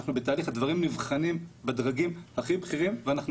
אנחנו בתהליך והדברים נבחנים בדרגים הכי בכירים ואנחנו